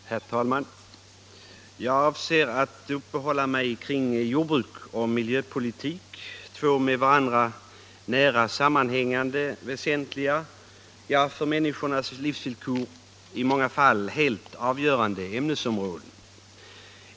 Herr talman! Jag avser att uppehålla mig vid jordbruks och miljöpolitik —- två med varandra nära sammanhängande och väsentliga, ja, för människornas livsvillkor i många fall helt avgörande ämnesområden.